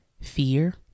fear